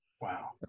Wow